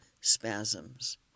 spasms